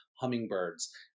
hummingbirds